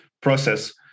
process